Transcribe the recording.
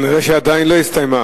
כנראה היא עדיין לא הסתיימה,